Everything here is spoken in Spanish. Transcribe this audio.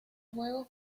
juegos